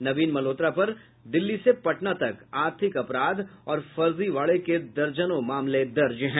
नवीन मल्होत्रा पर दिल्ली से पटना तक अर्थिक अपराध और फर्जीवाड़े के दर्जनों मामले दर्ज हैं